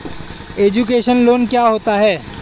Education loan क्या होता है?